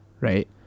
right